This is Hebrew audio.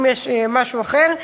אם יש משהו אחר.